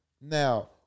Now